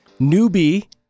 newbie